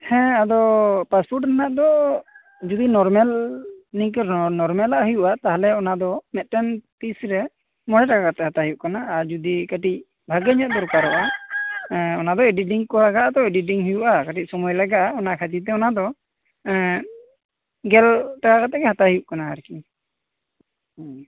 ᱦᱮᱸ ᱟᱫᱚ ᱯᱟᱥᱯᱳᱨᱴ ᱨᱮᱱᱟᱜ ᱫᱚ ᱡᱩᱫᱤ ᱱᱚᱨᱢᱮᱞ ᱱᱤᱝᱠᱟ ᱱᱚᱨᱢᱮᱞᱟᱜ ᱦᱩᱭᱩᱜ ᱟ ᱛᱟᱦᱚᱞᱮ ᱚᱱᱟᱫᱚ ᱢᱤᱫᱴᱮᱱ ᱯᱤᱥ ᱨᱮ ᱢᱚᱬᱮ ᱴᱟᱠᱟ ᱠᱟᱛᱮ ᱦᱟᱛᱟᱣ ᱦᱩᱭᱩᱜ ᱠᱟᱱᱟ ᱟᱨ ᱡᱩᱫᱤ ᱠᱟᱹᱴᱤᱡ ᱵᱷᱟᱹᱜᱤ ᱧᱚᱜ ᱫᱚᱨᱠᱟᱨᱚᱜ ᱟ ᱮᱸ ᱚᱱᱟᱫᱚ ᱮᱰᱤᱴᱤᱝ ᱠᱚᱨᱮᱱᱟᱜ ᱫᱚ ᱞᱟᱜᱟᱜ ᱟ ᱛᱚ ᱮᱰᱤᱴᱤᱝ ᱦᱩᱭᱩᱜ ᱟ ᱠᱟᱹᱴᱤᱡ ᱥᱚᱢᱚᱭ ᱞᱟᱜᱟᱜ ᱟ ᱚᱱᱟ ᱠᱷᱟᱹᱛᱤᱨ ᱛᱮ ᱚᱱᱟᱫᱚ ᱮᱸ ᱜᱮᱞ ᱴᱟᱠᱟ ᱠᱟᱛᱮ ᱜᱮ ᱦᱟᱛᱟᱣ ᱦᱩᱭᱩᱜ ᱠᱟᱱᱟ ᱟᱨᱠᱤ ᱦᱩᱸ